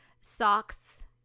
socks